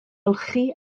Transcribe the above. olchi